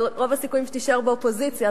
אבל רוב הסיכויים שתישאר באופוזיציה,